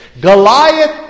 Goliath